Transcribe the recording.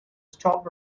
stop